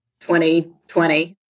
2020